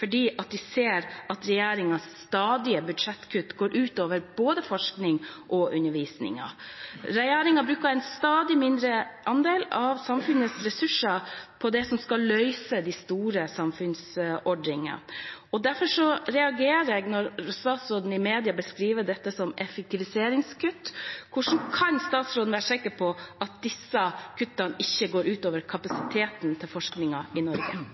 fordi de ser at regjeringens stadige budsjettkutt går ut over både forskning og undervisning. Regjeringen bruker en stadig mindre andel av samfunnets ressurser på det som skal løse de store samfunnsutfordringene. Derfor reagerer jeg når statsråden i media beskriver dette som «effektiviseringskutt». Hvordan kan statsråden være sikker på at disse kuttene ikke går ut over kapasiteten til forskningen i Norge?